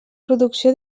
producció